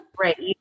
right